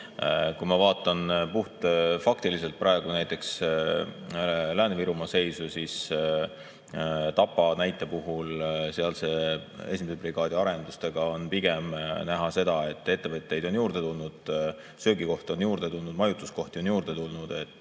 Kui ma vaatan puhtfaktiliselt praegu näiteks Lääne-Virumaa seisu, siis Tapa näite puhul sealse 1. brigaadi arendustega on pigem näha seda, et ettevõtteid on juurde tulnud, söögikohti on juurde tulnud, majutuskohti on juurde tulnud ja